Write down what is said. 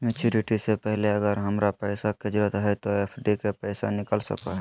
Maturity से पहले अगर हमरा पैसा के जरूरत है तो एफडी के पैसा निकल सको है?